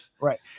Right